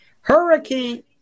Hurricane